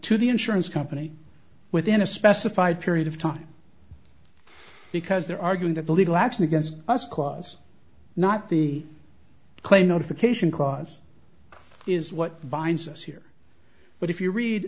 to the insurance company within a specified period of time because they're arguing that the legal action against us cause not the clay notification process is what binds us here but if you read